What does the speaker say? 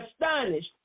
astonished